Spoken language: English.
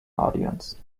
audience